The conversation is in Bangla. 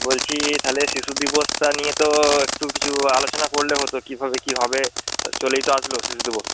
বলছি তাহলে শিশু দিবসটা নিয়ে তো একটু কিছু আলোচনা করলে হতো কীভাবে কী হবে চলেই তো আসলো শিশু দিবস